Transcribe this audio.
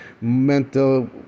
mental